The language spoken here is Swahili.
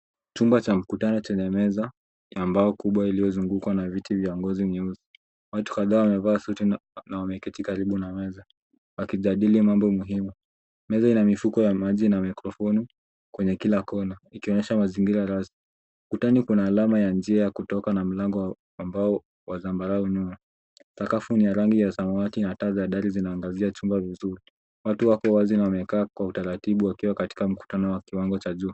Chumba cha mkutano chenye meza ya mbao kubwa iliyoizungukwa na viti vya ngozi nyeusi. Watu kadhaa wamevaa suti na wameketi karibu na meza wakijadili mambo muhimu. Meza ina mifuko ya maji na mikrofoni kwenye kila kona, ikionesha mazingira rasmi. Ukutani kuna alama ya njia ya kutoka na mlango wa mbao wa zambarau nyuma, sakafu ni ya rangi ya samawati, na taa za dari zina angazia chumba vizuri. Watu wako wazi na wamekaa kwa utaratibu wakiwa katika mkutano wa kiwango cha juu.